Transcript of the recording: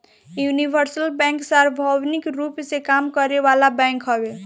universal bank सार्वभौमिक रूप में काम करे वाला बैंक हवे